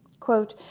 quote,